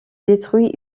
détruit